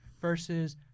versus